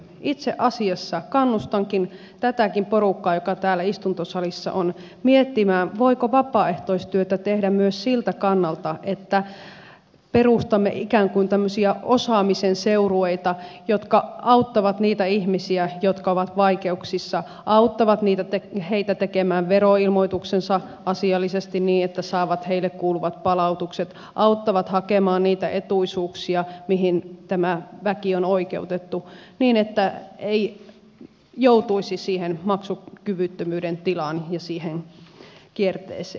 itse asiassa kannustankin tätäkin porukkaa joka täällä istuntosalissa on miettimään voiko vapaaehtoistyötä tehdä myös siltä kannalta että perustamme ikään kuin tämmöisiä osaamisen seurueita jotka auttavat niitä ihmisiä jotka ovat vaikeuksissa auttavat heitä tekemään veroilmoituksensa asiallisesti niin että he saavat heille kuuluvat palautukset auttavat hakemaan niitä etuisuuksia mihin tämä väki on oikeutettu niin että se ei joutuisi siihen maksukyvyttömyyden tilaan ja siihen kierteeseen